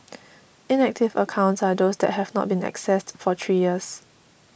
inactive accounts are those that have not been accessed for three years